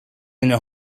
into